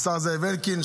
השר זאב אלקין,